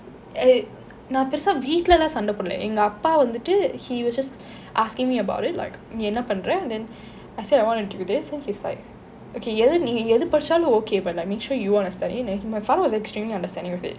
நான் பெருசா வீட்டுலே எல்லாம் சண்டை போடல எங்க அப்பா வந்துட்டு:naan perusa veettule ellam sandai podale enga appa vanthuttu he was just asking me about it like நீ என்ன பண்ணுறே:nee enna pannure then I said I wanted to do this then he's like okay நீ எது படிச்சாலும்:nee yethu padichaalum okay but like make sure you want to study it my father was extremely understanding of it